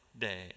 day